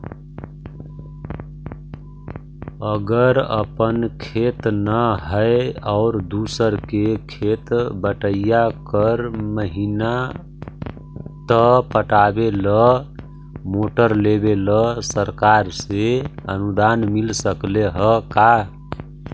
अगर अपन खेत न है और दुसर के खेत बटइया कर महिना त पटावे ल मोटर लेबे ल सरकार से अनुदान मिल सकले हे का?